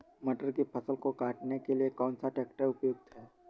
मटर की फसल को काटने के लिए कौन सा ट्रैक्टर उपयुक्त है?